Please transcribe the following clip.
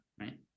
right